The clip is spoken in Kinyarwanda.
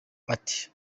ati